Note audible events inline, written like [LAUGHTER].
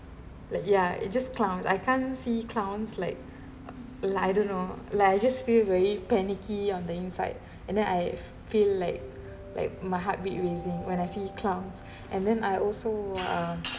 like ya it just clown I can't see clowns like like I don't know like I just feel very panicky on the inside [BREATH] and then I feel like like my heartbeat raising when I see clowns [BREATH] and then I also uh